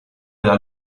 della